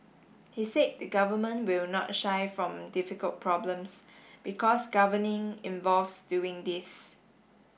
he said the government will not shy from difficult problems because governing involves doing these